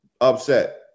upset